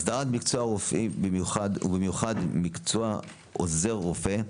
הסדרת מקצוע הרופאים, ובמיוחד מקצוע עוזר רופא,